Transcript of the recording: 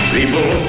People